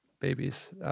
babies